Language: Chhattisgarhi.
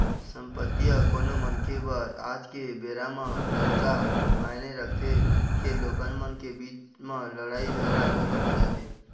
संपत्ति ह कोनो मनखे बर आज के बेरा म अतका मायने रखथे के लोगन मन के बीच म लड़ाई झगड़ा घलोक हो जाथे